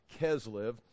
keslev